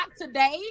today